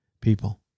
people